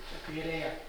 čia kairėje